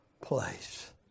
place